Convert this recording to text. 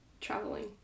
traveling